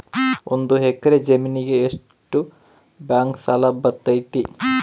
ಒಂದು ಎಕರೆ ಜಮೇನಿಗೆ ಎಷ್ಟು ಬ್ಯಾಂಕ್ ಸಾಲ ಬರ್ತೈತೆ?